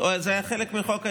זה היה חלק מחוק ההסדרים,